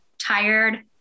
tired